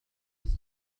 أنت